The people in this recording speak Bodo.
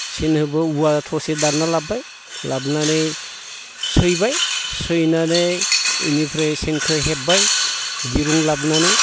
सेन हेबो औवा थसे दानना लाबबाय लाबनानै सैबाय सैनानै इनिफ्राय सेनखो हेबबाय दिरुं लाबनानै